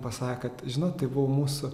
pasaė kad žino tai buvo mūsų